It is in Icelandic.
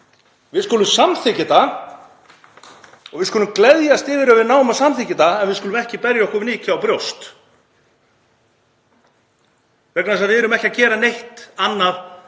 Við skulum samþykkja þetta og við skulum gleðjast yfir því að við náum að samþykkja þetta, en við skulum ekki berja okkur mikið á brjóst vegna þess að við erum ekki að gera neitt annað